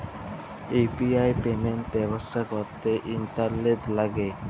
UPI payment ব্যবস্থা ক্যরতে internet ল্যাগে